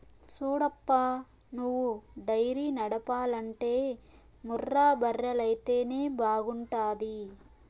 సూడప్పా నువ్వు డైరీ నడపాలంటే ముర్రా బర్రెలైతేనే బాగుంటాది